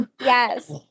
Yes